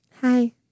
hi